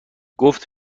گفت